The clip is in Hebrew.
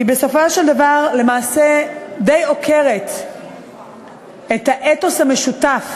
היא בסופו של דבר למעשה די עוקרת את האתוס המשותף,